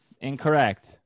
incorrect